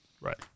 Right